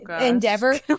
endeavor